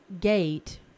gate